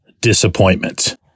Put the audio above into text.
disappointment